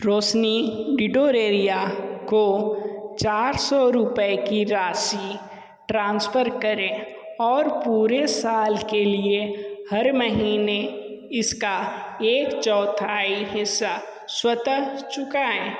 रोशनी डिटोरेरिया को चार सौ रुपये की राशि ट्रांसफ़र करें और पूरे साल के लिए हर महीने इसका एक चौथाई हिस्सा स्वतः चुकाएं